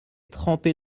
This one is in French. trempé